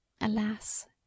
Alas